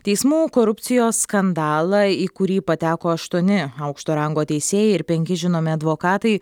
teismų korupcijos skandalą į kurį pateko aštuoni aukšto rango teisėjai ir penki žinomi advokatai